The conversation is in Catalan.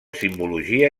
simbologia